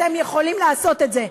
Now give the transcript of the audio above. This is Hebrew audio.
אתם יכולים לעשות את זה,